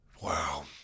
Wow